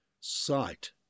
sight